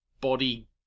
body